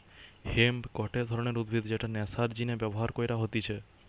hemp গটে ধরণের উদ্ভিদ যেটা নেশার জিনে ব্যবহার কইরা হতিছে